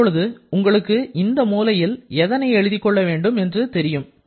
இப்பொழுது உங்களுக்கு இந்த மூலையில் எதனை எழுதிக்கொள்ள வேண்டும் என்று உங்களுக்கு தெரியும்